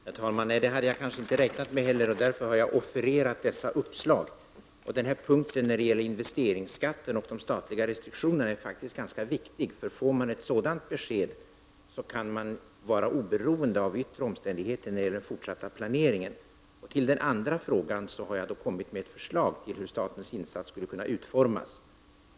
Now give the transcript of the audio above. Herr talman! Det hade jag kanske inte heller räknat med, och därför har jag offererat dessa uppslag. Frågan om investeringsskatten och de statliga restriktionerna är faktiskt ganska viktig i sammanhanget. Får församlingen ett positivt besked därom kan den vara oberoende av yttre omständigheter i den fortsatta planeringen. I den andra frågan har jag lagt fram ett förslag om hur statens insatser kan utformas.